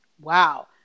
Wow